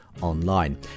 online